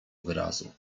wyrazu